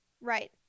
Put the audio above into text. Right